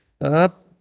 up